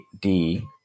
D-